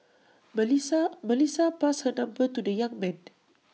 Melissa Melissa passed her number to the young man